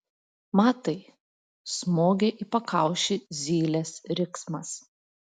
matai smogė į pakaušį zylės riksmas